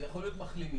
זה יכול להיות מחלימים,